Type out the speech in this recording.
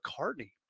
mccartney